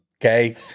okay